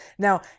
Now